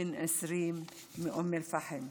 בן 20 מאום אל-פחם.